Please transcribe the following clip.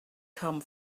come